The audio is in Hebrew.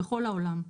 בכל העולם.